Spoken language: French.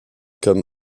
comme